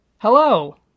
hello